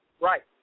Right